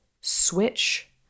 switch